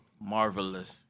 Marvelous